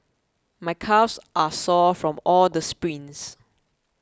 my calves are sore from all the sprints